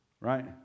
Right